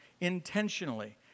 intentionally